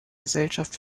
gesellschaft